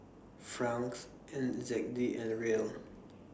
Francs N Z D and Riel